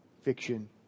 fiction